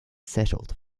settled